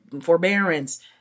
forbearance